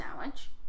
sandwich